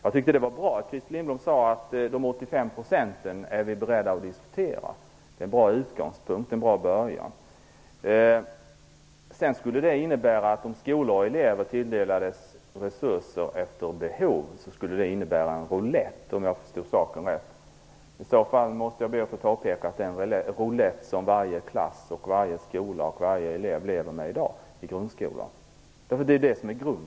Det var bra att Christer Lindblom sade att man var beredd att diskutera frågan om dessa 85 %; det är en bra utgångspunkt, en bra början. Beträffandet påståendet att det skulle innebära ett roulettspel om skolor och elever tilldelades resurser efter behov -- såvida jag förstod saken rätt -- måste jag få påpeka att den situationen lever varje klass, varje skola och varje elev i grundskolan med i dag.